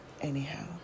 anyhow